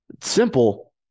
Simple